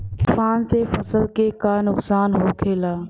तूफान से फसल के का नुकसान हो खेला?